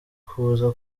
kuza